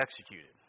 executed